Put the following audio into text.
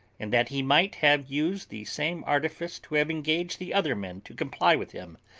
and that he might have used the same artifice to have engaged the other men to comply with him,